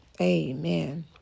Amen